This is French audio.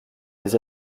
les